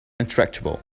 intractable